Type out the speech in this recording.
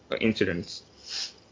incidents